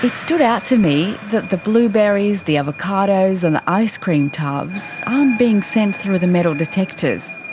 stood out to me that the blueberries, the avocados and the ice cream tubs aren't being sent through the metal detectors.